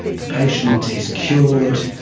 the patient is cured,